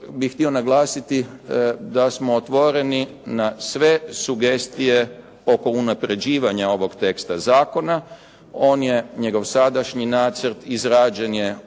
bih htio naglasiti da smo otvoreni na sve sugestije oko unapređivanja ovog teksta zakona, on je, njegov sadašnji nacrt, izrađen je